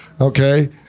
okay